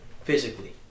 physically